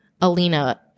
Alina